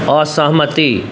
असहमति